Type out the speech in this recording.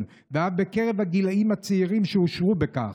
ואף בקרב הגילאים הצעירים שאושרו בכך.